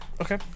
Okay